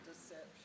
Deception